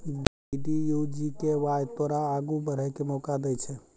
DDU GKY तोरा आगू बढ़ै के मौका दै छै